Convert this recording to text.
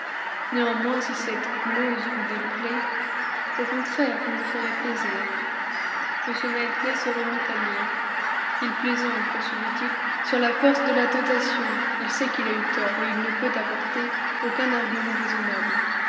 néanmoins si cette glose vous déplaît au contraire vous me ferez plaisir m knightley se remit à lire il plaisante poursuivit-il sur la force de la tentation il sait qu'il a eu tort et il ne peut apporter aucun argument raisonnable